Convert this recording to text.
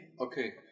Okay